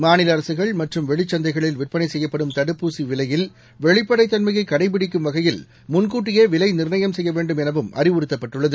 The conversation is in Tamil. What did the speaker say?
மாநில அரசுகள் மற்றும் வெளிச்சந்தைகளில் விற்பனை செய்யப்படும் தடுப்பூசி விலையில் வெளிப்படைதன்மையை கடைப்பிடிக்கும் வகையில் முன்கூட்டியே விலை நிர்ணயம் செய்யவேண்டும் எனவும் அறிவுறுத்தப்பட்டுள்ளது